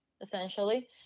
essentially